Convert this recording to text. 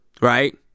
Right